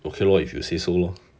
okay lor if you say so lor